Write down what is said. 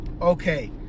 okay